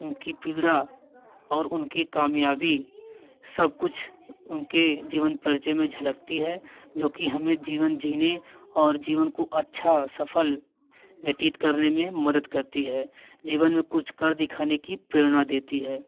उनकी पीड़ा और उनकी कामयाबी सब कुछ उनके जीवन परिचय में झलकती है जो कि हमें जीवन जीने और जीवन को अच्छा सफल व्यतीत करने में मदद करती है जीवन में कुछ कर दिखने की प्रेरणा देती है